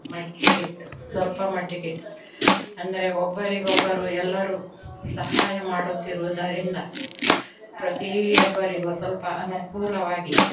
ಮಟ್ಟಿಗೆ ಸ್ವಲ್ಪ ಮಟ್ಟಿಗೆ ಅಂದರೆ ಒಬ್ಬರಿಗೊಬ್ಬರು ಎಲ್ಲರೂ ಸಹಾಯ ಮಾಡುತ್ತಿರುವುದರಿಂದ ಪ್ರತಿಯೊಬ್ಬರಿಗೂ ಸ್ವಲ್ಪ ಅನುಕೂಲವಾಗಿದೆ